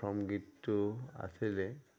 প্ৰথম গীতটো আছিলে